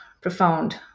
profound